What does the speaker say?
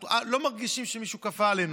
אנחנו לא מרגישים שמישהו כפה עלינו.